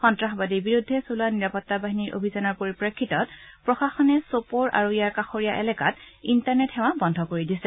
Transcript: সন্নাসবাদীৰ বিৰুদ্ধে চলোৱা নিৰাপত্তা বাহিনীৰ অভিযানৰ পৰিপ্ৰেক্ষিতত প্ৰশাসনে ছ'পৰ আৰু ইয়াৰ কাষৰীয়া এলেকাত ইণ্টাৰনেট সেৱা বন্ধ কৰি দিছে